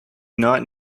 not